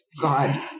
God